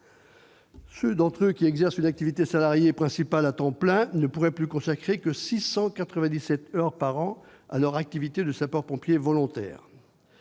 Ceux d'entre eux qui exercent une activité salariée principale à temps plein ne pourraient donc plus consacrer que 697 heures par an à leurs activités de sapeurs-pompiers volontaires.